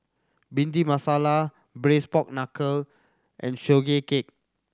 Bhindi Masala Braised Pork Knuckle and Sugee Cake